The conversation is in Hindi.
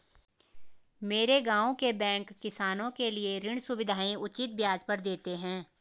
मेरे गांव के बैंक किसानों के लिए ऋण सुविधाएं उचित ब्याज पर देते हैं